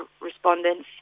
respondents